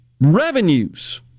revenues